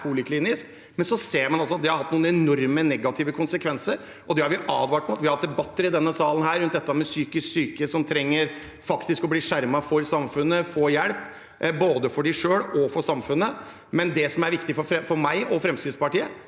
men så ser man at det har hatt noen enorme negative konsekvenser. Det har vi advart mot. Vi har hatt debatter i denne salen rundt dette med psykisk syke som trenger å bli skjermet for samfunnet, få hjelp, både for dem selv og for samfunnet. Det som er viktig for meg og Fremskrittspartiet,